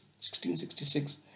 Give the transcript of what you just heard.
1666